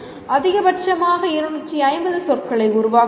அதிகபட்சமாக 250 சொற்களை உருவாக்கலாம்